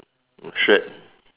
shirt